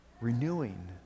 renewing